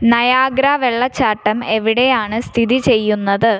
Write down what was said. Niagara വെള്ളച്ചാട്ടം എവിടെയാണ് സ്ഥിതി ചെയ്യുന്നത്